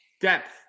depth